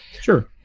Sure